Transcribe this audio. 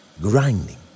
Grinding